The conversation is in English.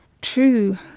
true